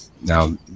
Now